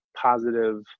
positive